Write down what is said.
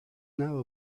now